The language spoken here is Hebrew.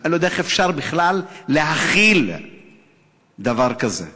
אני לא יודע איך אפשר בכלל להכיל דבר כזה,